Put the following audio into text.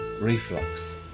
reflux